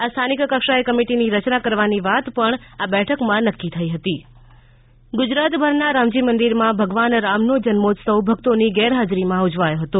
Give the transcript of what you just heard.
આ સ્થાનિક કક્ષાએ કમિટીની રચના કરવાની વાત પણ આ બેઠકમાં નક્કી થઈ હતી રામનવમી ગુજરાત ગુજરાતભરના રામજી મંદિરમાં ભગવાન રામનો જન્મોત્સવ ભક્તોની ગેરહાજરીમાં ઉજવાયો હતો